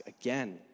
again